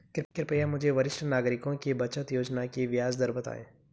कृपया मुझे वरिष्ठ नागरिकों की बचत योजना की ब्याज दर बताएं